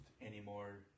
anymore